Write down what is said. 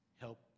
help